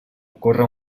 ocorre